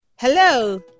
Hello